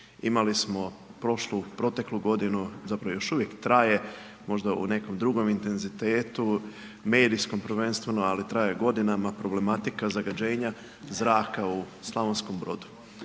Imali smo prošlu, proteklu godinu, zapravo još uvijek traje, možda u nekom drugom intenzitetu, medijskom prvenstveno ali traje godinama problematika zagađenja zraka u Slavonskom Brodu.